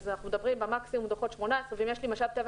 אז אנחנו מדברים במקסימום על דוחות 2018. אם יש לי משאב טבע